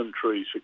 trees